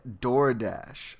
DoorDash